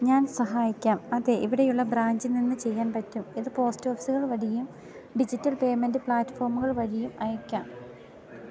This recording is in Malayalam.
ഞാൻ സഹായിക്കാം അതെ ഇവിടെയുള്ള ബ്രാഞ്ചിൽ നിന്ന് ചെയ്യാൻ പറ്റും ഇത് പോസ്റ്റോഫീസുകള് വഴിയും ഡിജിറ്റൽ പേയ്മെന്റ് പ്ലാറ്റ്ഫോമുകൾ വഴിയും അയയ്ക്കാം